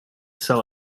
sell